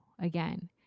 Again